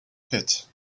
pit